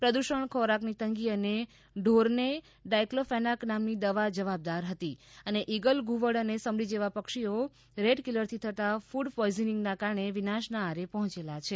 પ્રદુષણ ખોરાકની તંગી અને ઢોરને ડાયક્લોફેનાક નામની દવા જવાબદાર હતી અને ઇગલ ધુવડ અને સમડી જેવા પક્ષીઓ રેટ કીલરથી થતાં ફડ પોઇઝનીંગના કારણે વિનાશના આરે પહોંચેલ છે